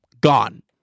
gone